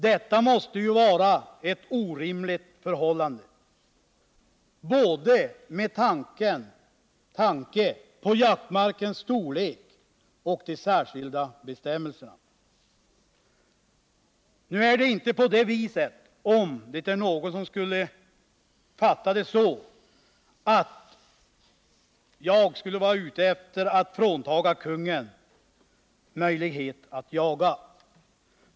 Detta måste vara ett orimligt förhållande både med tanke på jaktmarkens storlek och med tanke på de särskilda bestämmelserna. Nu är det inte på det viset — om det är någon som skulle uppfatta det så — att jag är ute efter att frånta kungen möjlighet att jaga.